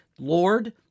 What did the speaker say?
Lord